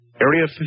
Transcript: Area